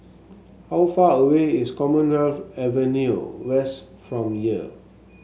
how far away is Commonwealth Avenue West from here